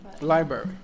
Library